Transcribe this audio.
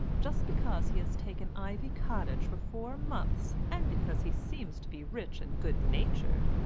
just because he has taken ivy cottage for four months, and because he seems to be rich and good-natured,